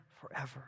forever